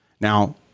Now